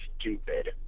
stupid